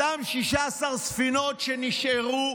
אותן 16 ספינות שנשארו,